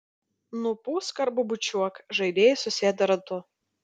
nupūsk arba bučiuok žaidėjai susėda ratu